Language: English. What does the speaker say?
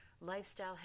lifestyle